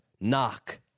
knock